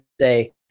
say